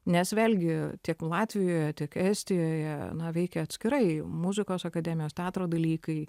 nes vėlgi tiek latvijoje tiek estijoje veikia atskirai muzikos akademijos teatro dalykai